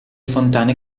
fontane